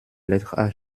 lettre